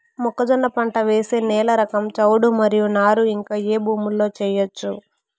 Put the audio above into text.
మొక్కజొన్న పంట వేసే నేల రకం చౌడు మరియు నారు ఇంకా ఏ భూముల్లో చేయొచ్చు?